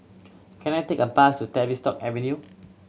can I take a bus to Tavistock Avenue